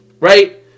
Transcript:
right